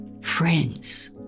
friends